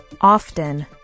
Often